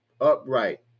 upright